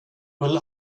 will